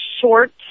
short